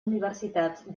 universitats